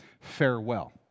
Farewell